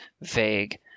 vague